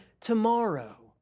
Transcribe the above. tomorrow